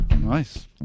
Nice